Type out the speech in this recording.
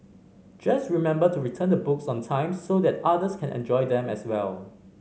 just remember to return the books on time so that others can enjoy them as well